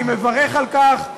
אני מברך על כך.